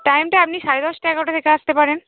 টাইমটা আপনি সাড়ে দশটা এগারোটা থেকে আসতে পারেন